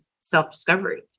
self-discovery